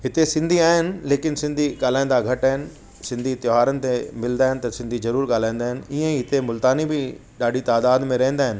हिते सिंधी आहिनि लेकिन सिंधी ॻाल्हाईंदा घटि आहिनि सिंधी त्योहारनि ते मिलदा आहिनि त सिंधी ज़रूरु ॻाल्हाईंदा आहिनि ईअं ई हिते मुल्तानी बि ॾाढी तइदाद में रहिंदा आहिनि